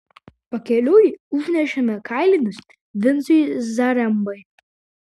pakeliui užnešėme kailinius vincui zarembai